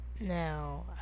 Now